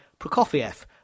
Prokofiev